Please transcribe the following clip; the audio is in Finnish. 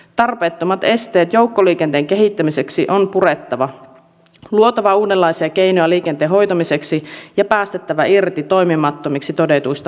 tarpeettomat esteet joukkoliikenteen kehittämiseksi on purettava luotava uudenlaisia keinoja liikenteen hoitamiseksi ja päästettävä irti toimimattomiksi todetuista malleista